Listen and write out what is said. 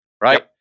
right